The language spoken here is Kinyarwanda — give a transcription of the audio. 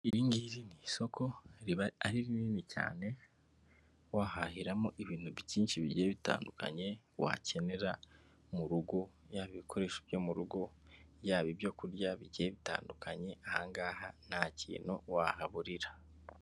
Iri ngiri ni isoko riba ari rinini cyane wahahiramo ibintu byinshi bigiye bitandukanye wakenera mu rugo, yaba bikoresho byo mu rugo, yaba ibyo kurya bigiye bitandukanye, aha ngaha nta kintu wahaburira.